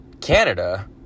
Canada